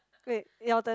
wait your turn